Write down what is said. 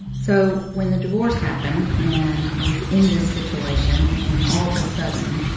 so when the divorce happened and i was in this situation, and all of a sudden,